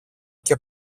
και